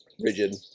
Rigid